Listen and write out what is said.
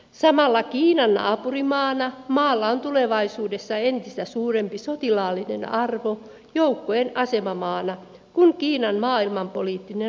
samalla kiinan naapurimaana maalla on tulevaisuudessa entistä suurempi sotilaallinen arvo joukkojen asemamaana kun kiinan maailmanpoliittinen rooli kasvaa